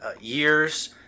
years